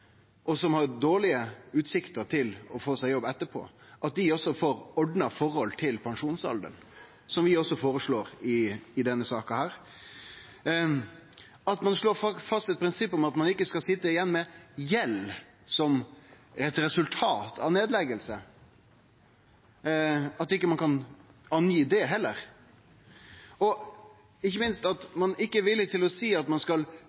og som har dårlege utsikter til å få seg jobb etterpå – kva med at dei også får ordna forhold til pensjonsalderen, slik vi også føreslår i denne saka? Eller kva med at ein heller ikkje kan slå fast eit prinsipp om at ein ikkje skal sitje igjen med gjeld som eit resultat av nedlegging? Og ikkje minst: Ein er ikkje villig til å seie at ein no skal